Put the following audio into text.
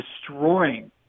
destroying